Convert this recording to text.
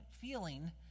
feeling